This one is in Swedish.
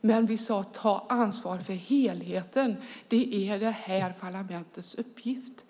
Men vi sa: Ta ansvar för helheten! Det är detta parlaments uppgift.